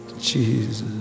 Jesus